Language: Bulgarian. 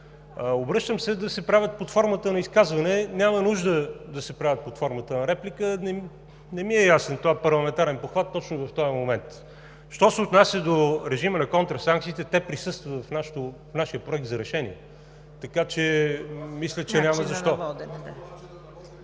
обръщам се, за да се правят под формата на изказване, няма нужда да се правят под формата на реплика. Не ми е ясен този парламентарен похват точно в този момент. Що се отнася до режима на контрасанкциите, те присъстват в нашия Проект за решение, така че мисля, че няма защо…